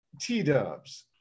T-dubs